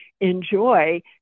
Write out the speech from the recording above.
enjoy